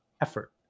effort